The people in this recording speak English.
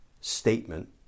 statement